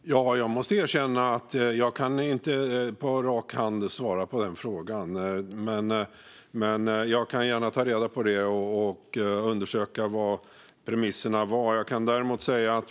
Fru talman! Jag måste erkänna att jag inte på rak arm kan svara på den frågan. Men jag kan ta reda på varför och vad premisserna var.